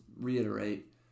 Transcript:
reiterate